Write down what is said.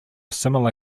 similar